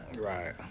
Right